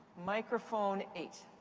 microphone eight.